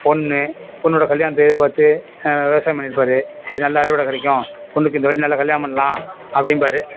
பொண்ணு பொண்ணோடய கல்யாண தேதி பார்த்து விவசாயம் பண்ணிருப்பாரு இது நல்ல அறுவடை கிடைக்கும் பொண்ணுக்கு இந்த வாட்டி நல்ல கல்யாணம் பண்ணலாம் அப்படிம்பாரு